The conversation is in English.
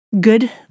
good